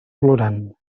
plorant